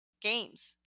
games